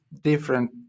different